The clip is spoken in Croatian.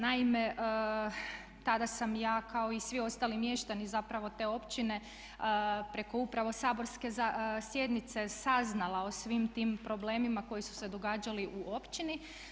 Naime, tada sam ja kao i svi ostali mještani te općine preko upravo saborske sjednice saznala o svim tim problemima koji su se događali u općini.